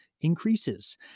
increases